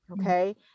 Okay